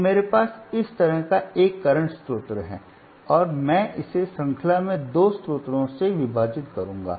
अब मेरे पास इस तरह का एक करंट स्रोत है और मैं इसे श्रृंखला में दो स्रोतों में विभाजित करूंगा